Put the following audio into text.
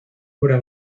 obra